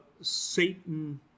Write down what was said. Satan